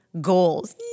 goals